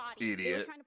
Idiot